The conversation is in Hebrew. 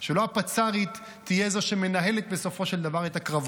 שלא הפצ"רית תהיה זו שמנהלת בסופו של דבר את הקרבות.